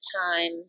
time